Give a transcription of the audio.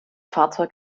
fahrzeug